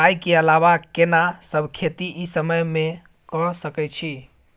राई के अलावा केना सब खेती इ समय म के सकैछी?